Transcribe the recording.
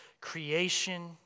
creation